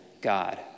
God